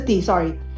sorry